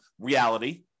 reality